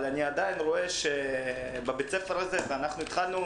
אבל אני עדיין רואה שבבית הספר הזה והתחלנו